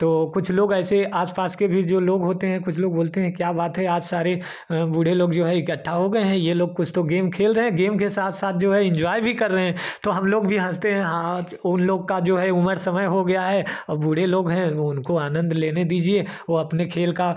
तो कुछ लोग ऐसे आसपास के भी जो लोग होते हैं कुछ लोग बोलते हैं क्या बात है आज सारी बूढ़े लोग जो है इकट्ठा हो गए हैं यह लोग कुछ तो गेम खेल रहें गेम के साथ साथ जो है इंजॉय भी कर रहें तो हम लोग भी हँसते हैं हाहात उन लोग का जो है उम्र समय हो गया है बूढ़े लोग है वह उनको आनंद लेने दीजिए वह अपने खेल का